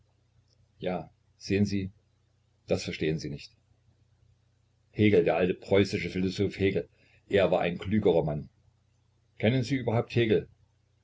ja sehen sie das verstehen sie nicht hegel der alte preußische philosoph hegel er war ein klügerer mann kennen sie überhaupt hegel